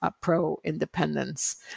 pro-independence